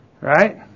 Right